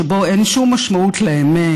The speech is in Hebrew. שבו אין שום משמעות לאמת,